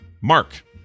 mark